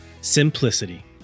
simplicity